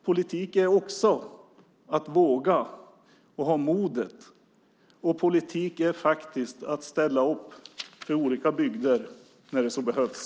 Politik är också att våga och ha modet. Och politik är faktiskt att ställa upp för olika bygder när det så behövs.